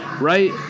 right